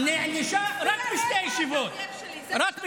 ונענשה רק בשתי ישיבות.